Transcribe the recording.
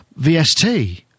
VST